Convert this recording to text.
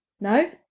no